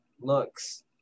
looks